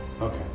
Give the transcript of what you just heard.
Okay